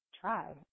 try